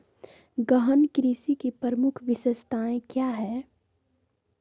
गहन कृषि की प्रमुख विशेषताएं क्या है?